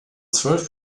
zwölf